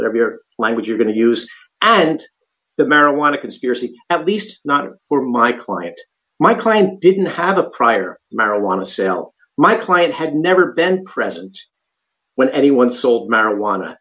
whatever language you're going to use absent the marijuana conspiracy at least not of my client my client didn't have a prior marijuana sale my client had never been present when anyone sold marijuana